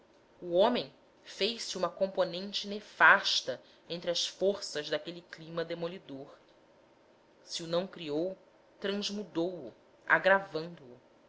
o homem fez-se uma componente nefasta entre as forças daquele clima demolidor se o não criou transmudou o agravando o